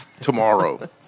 tomorrow